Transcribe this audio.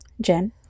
jen